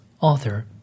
author